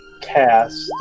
cast